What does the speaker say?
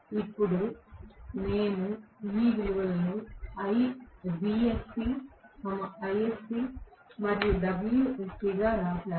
ఇప్పుడు నేను ఈ విలువలను Vsc Isc మరియు Wsc గా వ్రాశాను